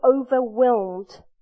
overwhelmed